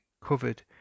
covered